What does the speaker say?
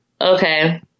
Okay